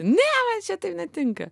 ne man čia taip netinka